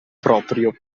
proprio